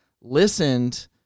listened